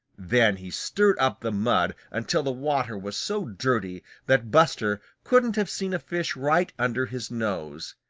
then he stirred up the mud until the water was so dirty that buster couldn't have seen a fish right under his nose.